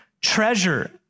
treasure